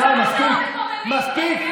די, מספיק.